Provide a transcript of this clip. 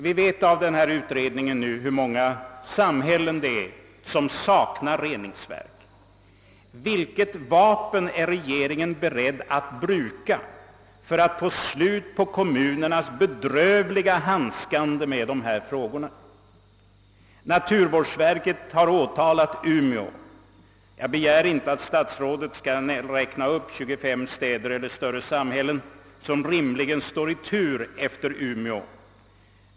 Vi vet nu av denna utredning hur många samhällen det är som saknar reningsverk. Vilket vapen är regeringen beredd att bruka för att få slut på kommunernas bedrövliga handskande med dessa frågor? Naturvårdsverket har åtalat Umeå. Jag begär inte att statsrådet skall räkna upp 25 städer eller större samhällen som rimligen står i tur efter Umeå.